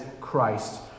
Christ